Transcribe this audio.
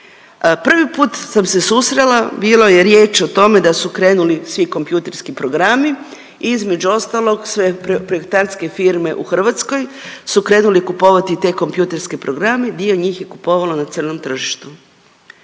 Prvi put sam se susrela, bilo je riječ o tome da su krenuli svi kompjuterski programi, između ostalog sve projektantske firme u Hrvatskoj su krenule kupovati te kompjutorske programe i dio njih je kupovao na crnom tržištu